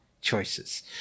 choices